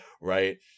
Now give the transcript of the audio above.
right